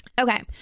Okay